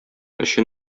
өчен